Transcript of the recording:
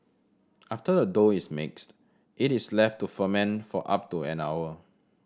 after the dough is mixed it is left to ferment for up to an hour